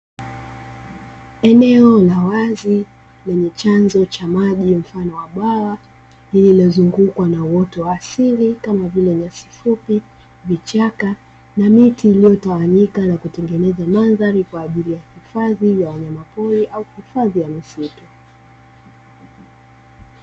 Eneo la wazi, lenye chanzo cha maji mfano wa bwawa, lililozungukwa na uoto wa asili kama vile ni vichaka na miti, iliyotawanyika na kutengeneza mandhari kwa ajili ya hifadhi ya wanyamapori.